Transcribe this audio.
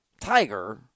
Tiger